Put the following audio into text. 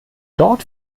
dort